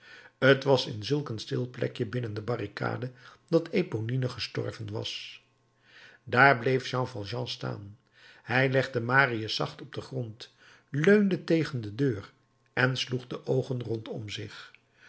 t was in zulk een stil plekje binnen de barricade dat eponine gestorven was daar bleef jean valjean staan hij legde marius zacht op den grond leunde tegen den muur en sloeg de oogen rondom zich